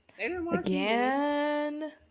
Again